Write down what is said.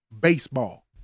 baseball